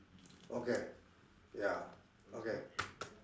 okay ya okay